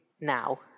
now